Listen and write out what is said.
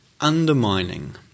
undermining